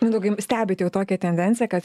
mindaugai stebit jau tokią tendenciją kad